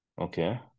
Okay